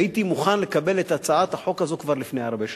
והייתי מוכן לקבל את הצעת החוק הזאת כבר לפני הרבה שנים.